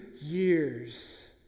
years